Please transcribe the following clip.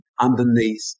underneath